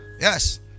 Yes